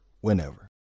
whenever